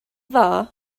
dda